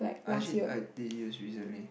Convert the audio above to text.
I actually I did use recently